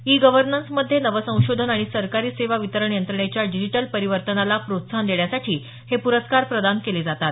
E गव्हर्नन्समध्ये नवसंशोधन आणि सरकारी सेवा वितरण यंत्रणेच्या डिजिटल परिवर्तनाला प्रोत्साहन देण्यासाठी हे पुरस्कार प्रदान केले जातात